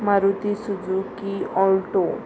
Maruti Suzuki Alto